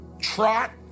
trot